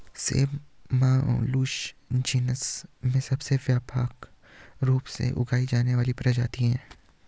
सेब Malus genus में सबसे व्यापक रूप से उगाई जाने वाली प्रजाति है